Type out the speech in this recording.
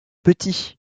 petit